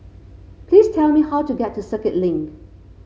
please tell me how to get to Circuit Link